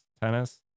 tennis